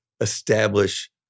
establish